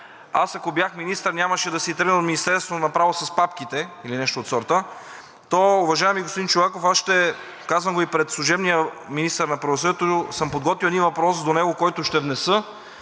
„Аз, ако бях министър, нямаше да си тръгна от Министерството направо с папките“ или нещо от сорта, но, уважаеми господин Чолаков, казвам го и пред служебния министър на правосъдието, съм подготвил един въпрос до него, който ще внеса